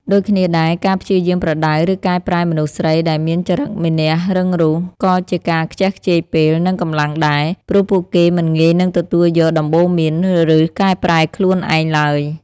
ដូចគ្នាដែរ ការព្យាយាមប្រដៅ ឬកែប្រែមនុស្សស្រីដែលមានចរិតមានះរឹងរូស ក៏ជាការខ្ជះខ្ជាយពេល និងកម្លាំងដែរ ព្រោះពួកគេមិនងាយនឹងទទួលយកដំបូន្មាន ឬកែប្រែខ្លួនឯងឡើយ។